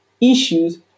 issues